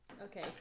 Okay